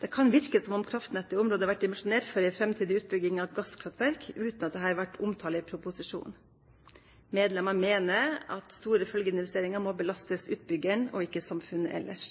Det kan verke som om kraftnettet i området vert dimensjonert for ei framtidig bygging av gasskraftverk, utan at dette vert omtala i proposisjonen. Desse medlemene meiner store følgjeinvesteringar må belastast utbyggjaren og ikkje samfunnet elles.